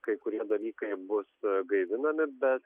kai kurie dalykai bus gaivinami bet